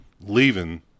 leaving